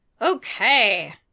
Okay